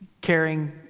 caring